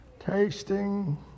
Tasting